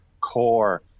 core